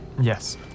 Yes